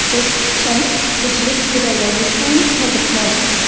this change which leads to the resistance has a cost,